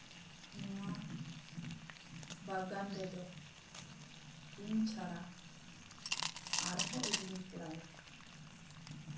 ᱱᱚᱣᱟ ᱵᱟᱜᱟᱱ ᱨᱮᱫᱚ ᱤᱧ ᱪᱷᱟᱲᱟ ᱟᱨᱦᱚᱸ ᱮᱨᱮᱞᱤᱧ ᱠᱚᱲᱟᱭ